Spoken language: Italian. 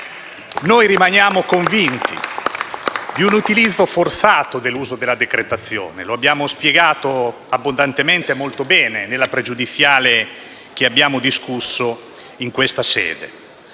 Noi rimaniamo convinti di un utilizzo forzato dell'uso della decretazione. Lo abbiamo spiegato abbondantemente e molto bene nella pregiudiziale che abbiamo discusso in questa sede.